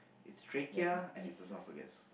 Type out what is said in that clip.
it's trachea and it's esophagus